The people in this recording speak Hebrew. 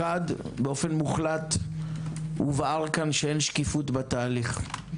אחת, באופן מוחלט הובהר כאן, שאין שקיפות בתהליך.